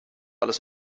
alles